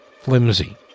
flimsy